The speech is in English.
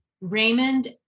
Raymond